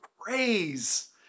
praise